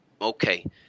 okay